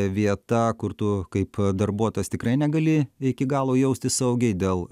vieta kur tu kaip darbuotojas tikrai negali iki galo jaustis saugiai dėl